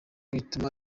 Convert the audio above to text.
bituma